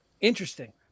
Interesting